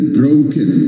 broken